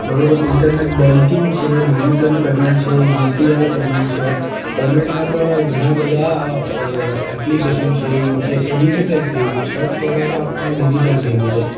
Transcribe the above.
બરોબર internet banking છે digital payment છે યુપીઆઈ પેમેન્ટ છે પેમેન્ટના પણ ઘણા બધા એપ્લિકેશન છે યુપીઆઈ છે ડિજિટલ થઈ ગયું શોટ પ્રમાણમાં આપણને ડિજિટલ થઈ ગયું છે